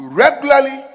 regularly